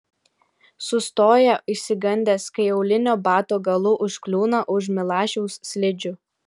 sustoja išsigandęs kai aulinio bato galu užkliūna už milašiaus slidžių